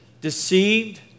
deceived